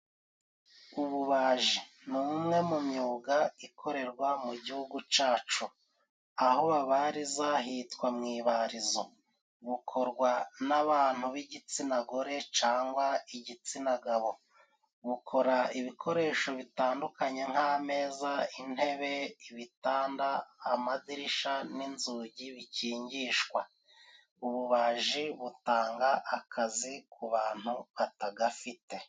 Ububaji ni umwe mu myuga ikorerwa mu gihugu cacu, aho babariza hitwa mu ibarizo, bukorwa n'abantu b'igitsina gore cangwa igitsina gabo, bukora ibikoresho bitandukanye nk'ameza, intebe, ibitanda, amadirisha n'inzugi bikingishwa, ububaji butanga akazi ku bantu batagafite.